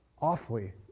Awfully